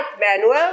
manual